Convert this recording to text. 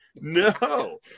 No